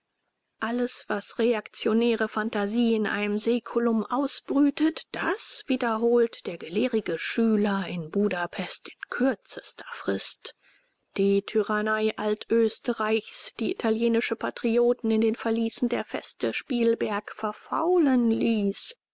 alles was reaktionäre phantasie in einem säkulum ausbrütete das wiederholt der gelehrige schüler in budapest in kürzester frist die tyrannei altösterreichs die italienische patrioten in den verließen der feste spielberg verfaulen ließ